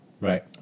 Right